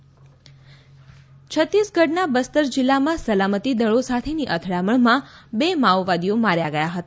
Chhattisgarh encounter છત્તીસગઢના બસ્તર જિલ્લામાં સલામતી દળો સાથેની અથડામણમાં બે માઓવાદીઓ માર્યા ગયા હતા